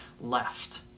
left